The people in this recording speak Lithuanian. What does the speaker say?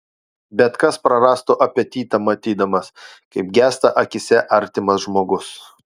bet kas prarastų apetitą matydamas kaip gęsta akyse artimas žmogus